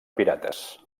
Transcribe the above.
pirates